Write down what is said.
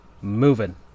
Moving